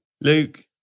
Luke